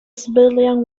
civilian